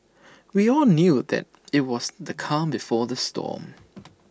we all knew that IT was the calm before the storm